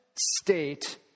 state